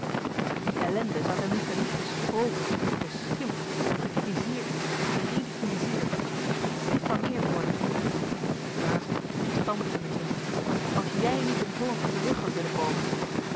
die ellende zoû ten minste niet besproken beschimpt gekritizeerd geridiculizeerd gediffameerd worden riep hij razend stampende met zijn voet als jij niet in holland terug hadt willen komen